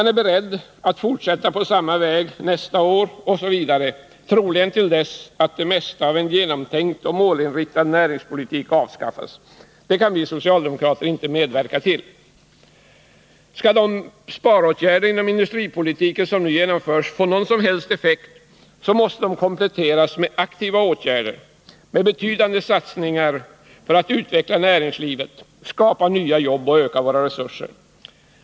De är beredda att fortsätta på samma väg nästa år osv., troligen till dess att det mesta av en genomtänkt och målinriktad näringspolitik avskaffats. Detta kan vi socialdemokrater inte medverka till. Skall de sparåtgärder inom industripolitiken som nu genomförs få någon som helst effekt, så måste de kompletteras med aktiva åtgärder, med betydande satsningar för att utveckla näringslivet, skapa nya jobb och öka våra resurser.